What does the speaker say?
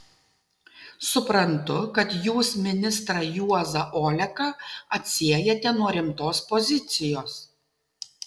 suprantu kad jūs ministrą juozą oleką atsiejate nuo rimtos pozicijos